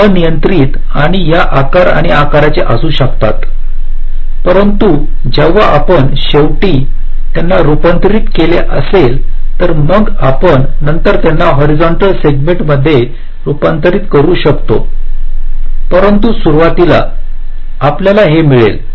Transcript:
ते अनियंत्रित आणि या आकार आणि आकाराचे असू शकतात परंतु जेव्हा आपण शेवटी त्यांना रूपांतरित केले असेल तर मग आपण नंतर त्यांना हॉरिझंटल सेगमेंट मध्ये रूपांतरित करू शकता परंतु सुरुवातीला आपल्याला हे मिळाले